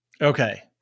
Okay